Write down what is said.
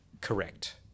correct